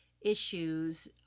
issues